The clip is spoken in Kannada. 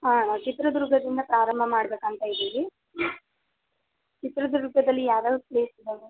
ಆಂ ನಾವು ಚಿತ್ರದುರ್ಗದಿಂದ ಪ್ರಾರಂಭ ಮಾಡಬೇಕಂತ ಇದ್ದೀವಿ ಚಿತ್ರದುರ್ಗದಲ್ಲಿ ಯಾವ್ಯಾವ ಪ್ಲೇಸ್ ಇದಾವೆ